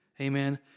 Amen